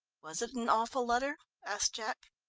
was it an awful letter? asked jack.